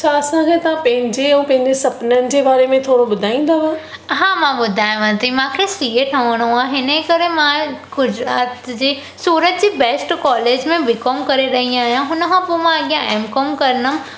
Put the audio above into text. छा असांखे तव्हां पहिंजे ऐं पहिंजे सुपिननि जे बारे में थोरो ॿुधाईंदव हा मां ॿुधायांव थी मूंखे सी ए ठहिणो आहे इन्हीअ करे मां गुजरात जे सूरत जे बेस्ट कॉलेज में बी कॉम करे रही आहियां हुनखां पोइ मां अॻियां एम कॉम कंदमि